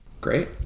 great